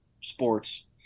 sports